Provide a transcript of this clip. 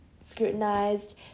scrutinized